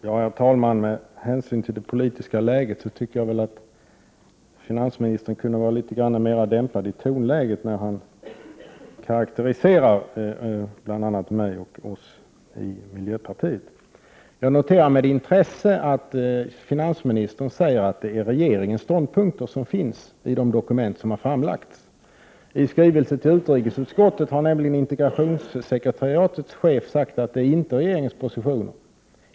Herr talman! Med hänsyn till det politiska läget tycker jag att finansministern kunde vara litet mer dämpad i tonen när han karakteriserar mig och de övriga i miljöpartiet. Jag noterar med intresse att finansministern säger att det är regeringens ståndpunkter som finns i de dokument som har framlagts. I skrivelse till utrikesutskottet har nämligen integrationssekretariatets chef sagt att det inte är regeringens positioner.